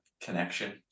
connection